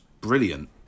brilliant